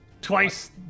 twice